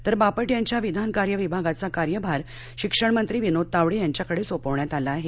तर बापट यांच्या विधानकार्य विभागाचा कार्यभार शिक्षणमंत्री विनोद तावडे यांच्याकडे सोपवण्यात आला आहे